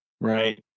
Right